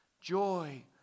joy